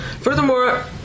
Furthermore